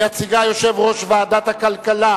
יציג אותה יושב-ראש ועדת הכלכלה.